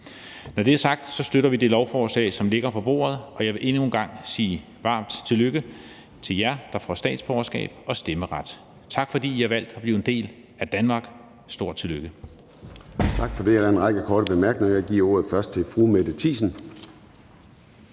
Når det er sagt, støtter vi det lovforslag, som ligger på bordet, og jeg vil endnu en gang sige varmt tillykke til jer, der får statsborgerskab og stemmeret. Tak, fordi I har valgt at blive en del af Danmark, stort tillykke!